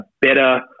better